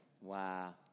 Wow